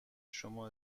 شما